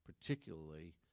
particularly